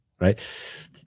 right